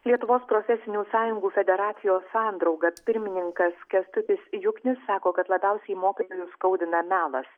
lietuvos profesinių sąjungų federacijos sandrauga pirmininkas kęstutis juknius sako kad labiausiai mokytojus skaudina melas